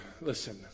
Listen